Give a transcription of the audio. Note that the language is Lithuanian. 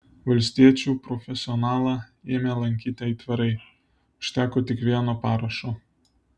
valstiečių profesionalą ėmė lankyti aitvarai užteko tik vieno parašo